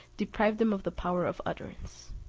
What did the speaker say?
deprived him of the power of utterance.